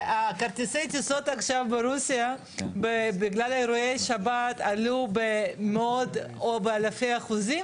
שכרטיסי הטיסות עכשיו ברוסיה בגלל אירועי שבת עלו במאות או אלפי אחוזים?